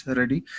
ready